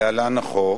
להלן: החוק,